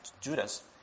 Judas